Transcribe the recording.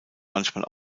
manchmal